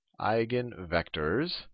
eigenvectors